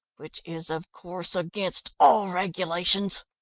which is, of course, against all regulations.